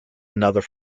another